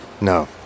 No